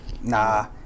nah